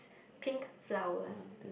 pink flowers